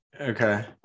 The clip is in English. okay